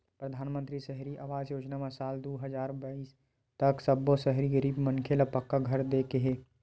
परधानमंतरी सहरी आवास योजना म साल दू हजार बाइस तक सब्बो सहरी गरीब मनखे ल पक्का घर दे के हे